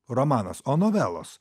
romanas o novelos